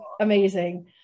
amazing